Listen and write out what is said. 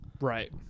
Right